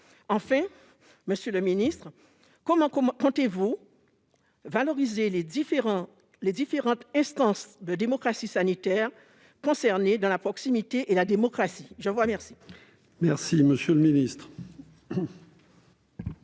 Enfin, monsieur le ministre, comment comptez-vous valoriser les différentes instances de démocratie sanitaire concernées dans la proximité et la démocratie ? La parole est à M. le ministre.